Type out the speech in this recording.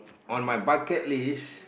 on my bucket list